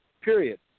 Period